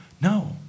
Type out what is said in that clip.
no